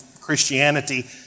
Christianity